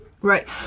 Right